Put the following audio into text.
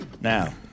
Now